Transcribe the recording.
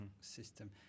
system